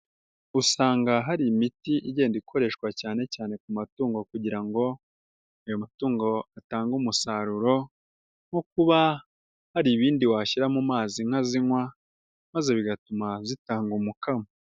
Usanga hari imiti igenda ikoreshwa cyane cyane ku matungo kugira ngo ayo matungo atange umusaruro nko kuba hari ibindi washyira mu mazi inka zinywa maze bigatuma zitanga umukamo.